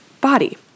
body